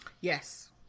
Yes